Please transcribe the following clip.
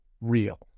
real